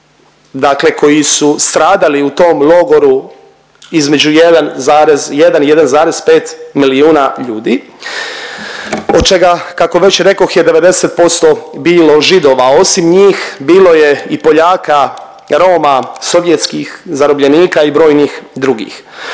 dakle koji su stradali u tom logoru između 1,1 i 1,5 milijuna ljudi od čega kako već rekoh je 90% bilo Židova. Osim njih bilo je i Poljaka, Roma, sovjetskih zarobljenika i brojnih drugih.